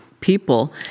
people